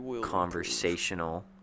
conversational